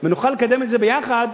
ונוכל לקדם את זה ביחד.